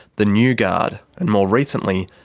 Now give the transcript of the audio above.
the new guard and more recently,